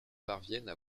parviennent